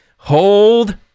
hold